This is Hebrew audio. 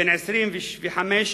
בן 25,